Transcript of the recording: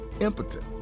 impotent